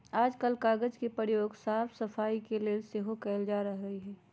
याजकाल कागज के प्रयोग साफ सफाई के लेल सेहो कएल जा रहल हइ